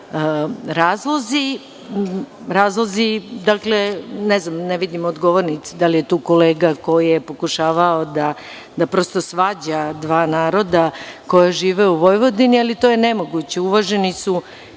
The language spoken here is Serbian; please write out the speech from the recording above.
razlozi. Ne vidim da li je tu kolega koji je pokušava da svađa dva naroda koja žive u Vojvodini, ali, to je nemoguće. Uvaženi su